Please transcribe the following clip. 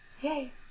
Yay